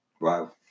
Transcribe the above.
Wow